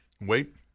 wait